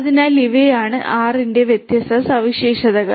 അതിനാൽ ഇവയാണ് ആർ യുടെ വ്യത്യസ്ത സവിശേഷതകൾ